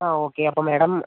ആ ഓക്കേ അപ്പം മാഡം